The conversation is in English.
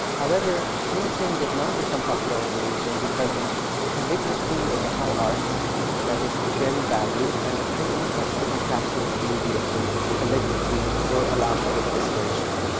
however, printing did not become popular in the region because calligraphy was a high art that was very valued and the printing press didn't capture the beauty of the calligraphy or allow for the illustrations.